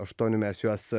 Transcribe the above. aštuonių mes juos